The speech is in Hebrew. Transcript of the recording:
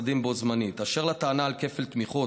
ושמיעת טענותיהם של המוסדות,